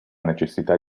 necessità